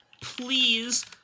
please